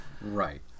right